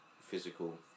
Physical